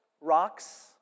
Rocks